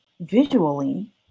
visually